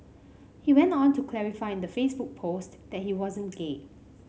he went on to clarify in the Facebook post that he wasn't gay